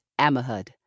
Amahud